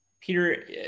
Peter